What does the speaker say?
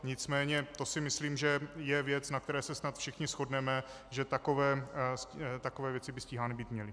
Nicméně to si myslím, že je věc, na které se snad všichni shodneme, že takové věci by stíhány být měly.